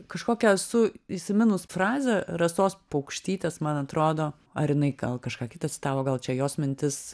kažkokią esu įsiminus frazę rasos paukštytės man atrodo ar jinai gal kažką kitą citavo gal čia jos mintis